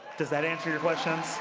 does that answer your question?